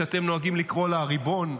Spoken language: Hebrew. שאתם נוהגים לקרוא לה "הריבון"